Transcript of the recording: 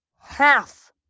half